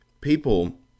people